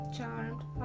Charmed